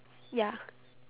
ya